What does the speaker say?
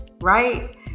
right